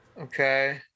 Okay